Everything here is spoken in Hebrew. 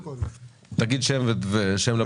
קודם כול, תגיד שם ותפקיד לפרוטוקול.